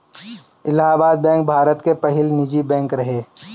Allahabad bank भारत के पहिला निजी बैंक रहे